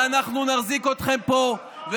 ואנחנו נחזיק אתכם פה,